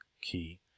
key